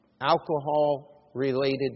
alcohol-related